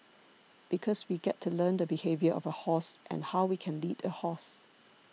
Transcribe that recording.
because we get to learn the behaviour of a horse and how we can lead a horse